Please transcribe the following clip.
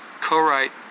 co-write